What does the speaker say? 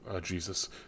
Jesus